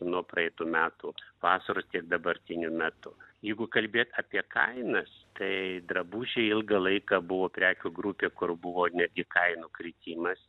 nuo praeitų metų vasaros tiek dabartiniu metu jeigu kalbėt apie kainas tai drabužiai ilgą laiką buvo prekių grupė kur buvo netgi kainų kritimas